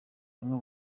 bamwe